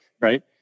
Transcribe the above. Right